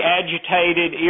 agitated